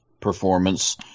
performance